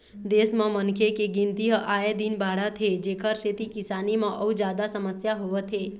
देश म मनखे के गिनती ह आए दिन बाढ़त हे जेखर सेती किसानी म अउ जादा समस्या होवत हे